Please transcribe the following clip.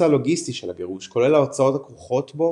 הלוגיסטי של הגירוש כולל ההוצאות הכרוכות בו